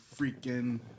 freaking